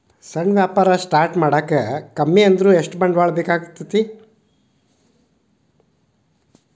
ಸಣ್ಣ ವ್ಯಾಪಾರ ಸ್ಟಾರ್ಟ್ ಮಾಡಾಕ ಕಮ್ಮಿ ಅಂದ್ರು ಎಷ್ಟ ಬಂಡವಾಳ ಬೇಕಾಗತ್ತಾ